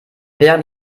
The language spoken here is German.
während